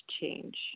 change